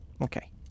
Okay